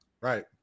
Right